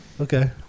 Okay